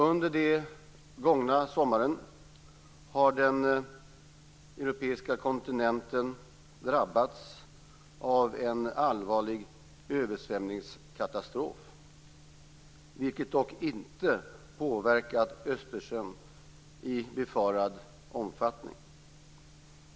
Under den gångna sommaren har den europeiska kontinenten drabbats av en allvarlig översvämningskatastrof, vilket dock inte påverkat Östersjön i befarad omfattning.